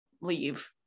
leave